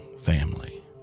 family